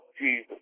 Jesus